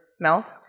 Melt